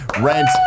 Rent